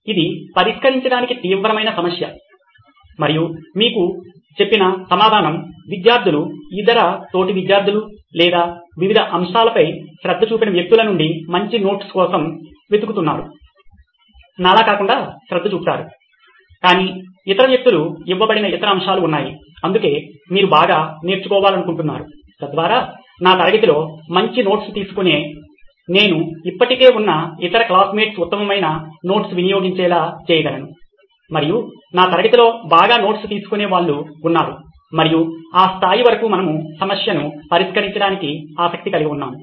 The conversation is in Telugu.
ఇది పరిష్కరించడానికి తీవ్రమైన సమస్య మరియు మీరు చెప్పిన సమాధానం విద్యార్థులు ఇతర తోటి విద్యార్ధులు లేదా వివిధ అంశాలపై శ్రద్ధ చూపిన వ్యక్తుల నుండి మంచి నోట్స్ కోసం వెతుకుతున్నారు నాలా కాకుండా శ్రద్ధ చూపారు కాని ఇతర వ్యక్తులు ఇవ్వబడిన ఇతర అంశాలు ఉన్నాయి అందుకే మీరు బాగా నేర్చుకోవాలనుకుంటున్నారు తద్వారా నా తరగతిలో మంచి నోట్స్ తీసుకునే నేను ఇప్పటికే ఉన్న ఇతర క్లాస్మేట్స్ ఉత్తమమైన నోట్స్ వినియొగించేలా చేయగలను మరియు నా తరగతిలో బాగా నోట్స్ తీసుకునే వాళ్ళు ఉన్నారు మరియు ఆ స్థాయి వరకు మనము సమస్యను పరిష్కరించడానికి ఆసక్తి కలిగి ఉన్నాము